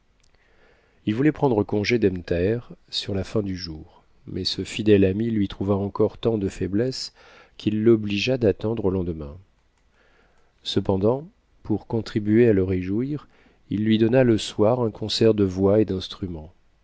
il voulait prendre congé d'ebn thaher sur la fin du jour mais ce fidèle ami lui trouva encore tant de faiblesse qu'il l'obligea d'attendre au lendemain cependant pour contribuer à le réjouir il lui donna le soir un concert de voix et d'instruments